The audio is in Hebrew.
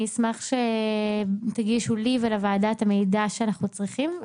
אני אשמח שתגישו לי ולוועדה את המידע שאנחנו צריכים,